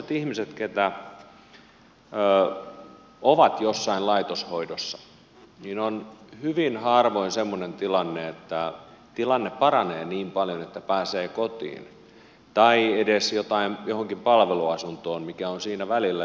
semmoisilla ihmisillä jotka ovat jossain laitoshoidossa on hyvin harvoin semmoinen tilanne että tilanne paranee niin paljon että pääsee kotiin tai edes johonkin palveluasuntoon mikä on siinä välillä